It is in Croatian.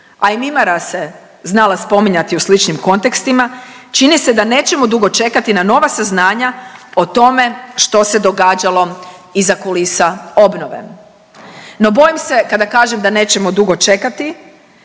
a i Mimara se znala spominjati u sličnim kontekstima čini se da nećemo dugo čekati na nova saznanja o tome što se događalo iza kulisa obnove. No, bojim se kada kažem da nećemo drugo čekati